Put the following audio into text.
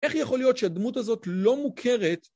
איך יכול להיות שהדמות הזאת לא מוכרת?